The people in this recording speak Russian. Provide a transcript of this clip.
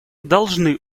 должны